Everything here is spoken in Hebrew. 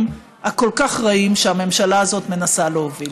הכל-כך רעים שהממשלה הזאת מנסה להוביל.